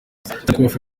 iteramakofe